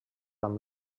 amb